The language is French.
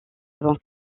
avant